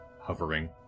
hovering